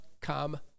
come